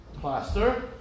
plaster